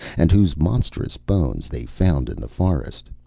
and whose monstrous bones they found in the forest.